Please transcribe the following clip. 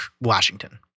Washington